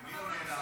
ומי עונה לה?